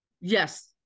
yes